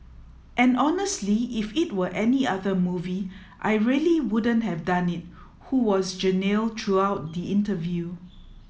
and honestly if it were any other movie I really wouldn't have done it who was genial throughout the interview